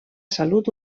salut